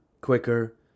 quicker